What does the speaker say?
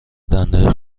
دنده